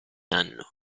hanno